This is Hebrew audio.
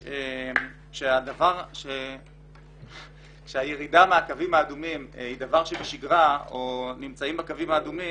כאשר הירידה מהקווים האדומים היא דבר שבשגרה או נמצאים בקווים האדומים,